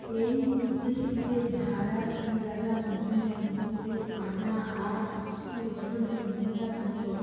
এই চিত্রশিল্পের ধারা শ্রী রাধা মোহনের নেতৃত্বে পাটনা আর্ট স্কুল গঠনের বুনিয়াদ ছিল